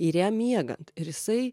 ir jam miegant ir jisai